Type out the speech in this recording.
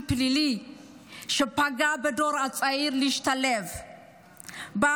פלילי שפוגע בהשתלבות של הדור הצעיר.